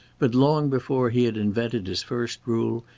but long before he had invented his first rule,